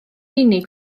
unig